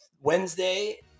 Wednesday